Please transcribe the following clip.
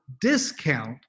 discount